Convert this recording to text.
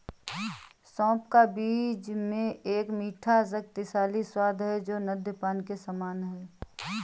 सौंफ का बीज में एक मीठा, शक्तिशाली स्वाद है जो नद्यपान के समान है